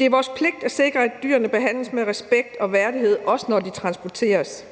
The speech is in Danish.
Det er vores pligt at sikre, at dyrene behandles med respekt og værdighed, også når de transporteres.